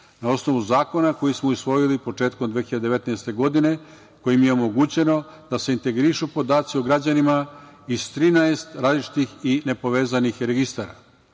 na osnovu zakona koji smo usvojili početkom 2019. godine, kojim je omogućeno da se integrišu podaci o građanima iz 13 različitih i nepovezanih registara.